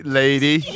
lady